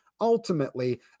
ultimately